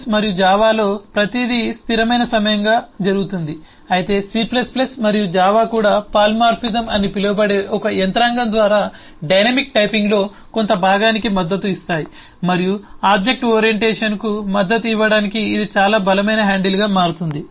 C మరియు జావాలో ప్రతిదీ స్థిరమైన సమయంగా జరుగుతుంది అయితే C మరియు జావా కూడా పాలిమార్ఫిజం అని పిలువబడే ఒక యంత్రాంగం ద్వారా డైనమిక్ టైపింగ్లో కొంత భాగానికి మద్దతు ఇస్తాయి మరియు ఆబ్జెక్ట్ ఓరియంటేషన్కు మద్దతు ఇవ్వడానికి ఇది చాలా బలమైన హ్యాండిల్గా మారుతుంది